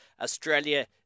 Australia